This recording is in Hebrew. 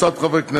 להלן התוצאות: